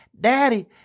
Daddy